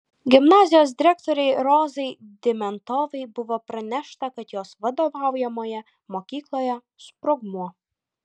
gimnazijos direktorei rozai dimentovai buvo pranešta kad jos vadovaujamoje mokykloje sprogmuo